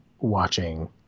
watching